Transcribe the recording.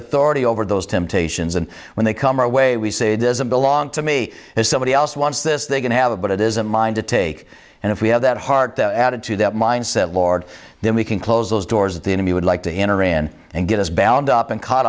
authority over those temptations and when they come our way we say doesn't belong to me as somebody else wants this they can have a but it isn't mine to take and if we have that heart the attitude that mind set lord then we can close those doors of the enemy would like to enter in and get us back and up and caught